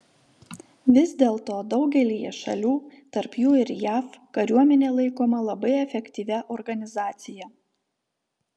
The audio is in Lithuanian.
vis dėlto daugelyje šalių tarp jų ir jav kariuomenė laikoma labai efektyvia organizacija